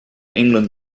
england